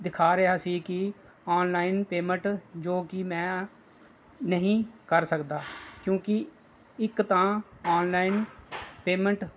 ਦਿਖਾ ਰਿਹਾ ਸੀ ਕਿ ਔਨਲਾਈਨ ਪੇਮੈਂਟ ਜੋ ਕਿ ਮੈਂ ਨਹੀਂ ਕਰ ਸਕਦਾ ਕਿਉਂਕਿ ਇੱਕ ਤਾਂ ਔਨਲਾਈਨ ਪੇਮੈਂਟ